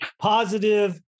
positive